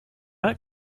not